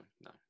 no